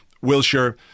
Wilshire